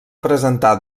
presentar